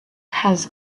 has